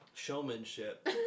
Showmanship